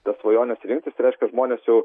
tas svajones rinktis tai reiškia žmonės jau